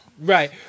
Right